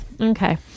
Okay